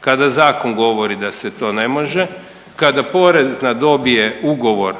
kada zakon govori da se to ne može, kada porezna dobije ugovor